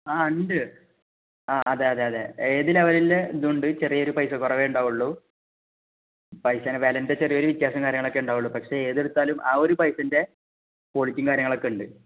ആ ഉണ്ട് ആ അതെ അതെ അതെ ഏത് ലെവലിൽ ഇതുണ്ട് ചെറിയൊരു പൈസ കുറവേ ഉണ്ടാവുകയുള്ളു പൈസയുടെ വിലയുടെ ചെറിയൊരു വ്യത്യാസം കാര്യങ്ങളൊക്കെ ഉണ്ടാവുകയുള്ളു പക്ഷെ ഏതെടുത്താലും ആ ഒരു പൈസൻ്റെ ക്വാളിറ്റിയും കാര്യങ്ങളും ഒക്കെ ഉണ്ട്